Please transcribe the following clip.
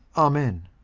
amen.